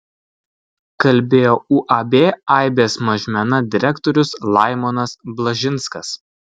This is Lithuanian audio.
kalbėjo uab aibės mažmena direktorius laimonas blažinskas